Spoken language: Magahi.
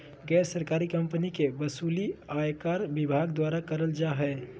गैर सरकारी कम्पनी के वसूली आयकर विभाग द्वारा करल जा हय